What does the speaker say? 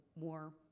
more